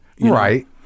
right